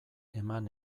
eman